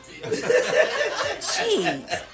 Jeez